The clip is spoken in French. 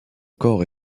corps